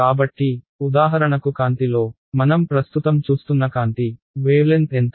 కాబట్టి ఉదాహరణకు కాంతిలో మనం ప్రస్తుతం చూస్తున్న కాంతి వేవ్లెన్త్ ఎంత